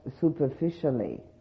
superficially